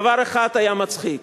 דבר אחד היה מצחיק,